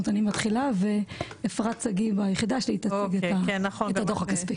אני מתחילה ואפרת תציג את הדו"ח הכספי.